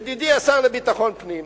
ידידי השר לביטחון הפנים,